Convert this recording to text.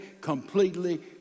completely